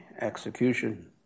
execution